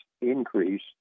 increase